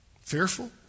fearful